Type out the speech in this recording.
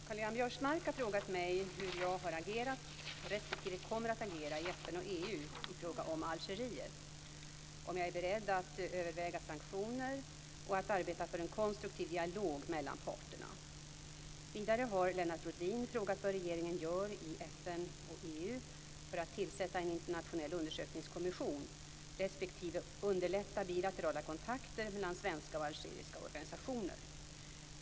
Fru talman! Karl-Göran Biörsmark har frågat mig hur jag agerat respektive kommer att agera i FN och EU i fråga om Algeriet, om jag är beredd att överväga sanktioner och att arbeta för en konstruktiv dialog mellan parterna. Vidare har Lennart Rohdin frågat vad regeringen gör i FN och EU för att tillsätta en internationell undersökningskommission respektive underlätta bilaterala kontakter mellan svenska och algeriska organisationer.